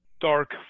dark